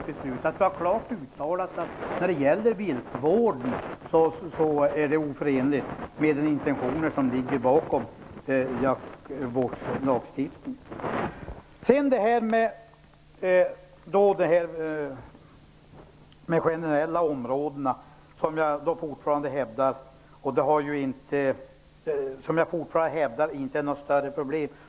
Det skulle vara klart uttalat att när det gäller viltvården är detta oförenligt med de intentioner som ligger bakom jaktvårdslagstiftningen. De generella områdena, hävdar jag fortfarande, utgör inte något större problem.